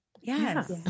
Yes